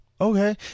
Okay